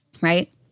right